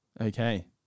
Okay